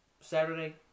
Saturday